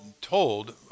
told